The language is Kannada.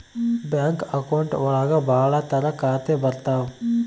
ಬ್ಯಾಂಕ್ ಅಕೌಂಟ್ ಒಳಗ ಭಾಳ ತರ ಖಾತೆ ಬರ್ತಾವ್